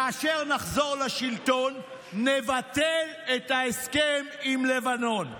כאשר נחזור לשלטון נבטל את ההסכם עם לבנון.